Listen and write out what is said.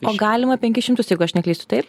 o galima penkis šimtus jeigu aš neklystu taip